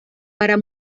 para